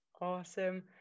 Awesome